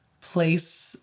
place